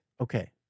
okay